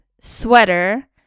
sweater